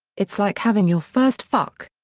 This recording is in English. it's like having your first fuck!